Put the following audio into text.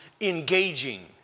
engaging